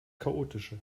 chaotische